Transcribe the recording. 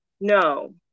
no